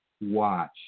watch